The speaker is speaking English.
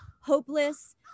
hopeless